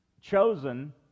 chosen